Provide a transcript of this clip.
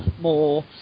more